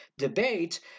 debate